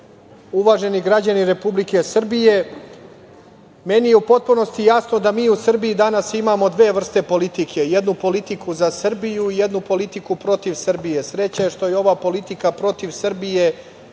uvaženi građani Republike Srbije, meni je u potpunosti jasno da mi u Srbiji danas imamo dve vrste politike, jednu politiku za Srbiju i jednu politiku protiv Srbije. Sreća je što je ova politika protiv Srbije